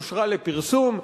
אושרה לפרסום,